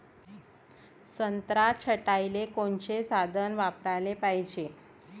संत्रा छटाईले कोनचे साधन वापराले पाहिजे?